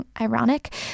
ironic